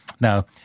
Now